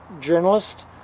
journalist